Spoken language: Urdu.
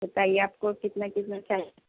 بتائیے آپ کو کتنا کلو چاہیے